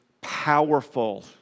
powerful